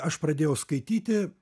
aš pradėjau skaityti